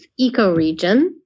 ecoregion